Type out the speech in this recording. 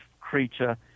creature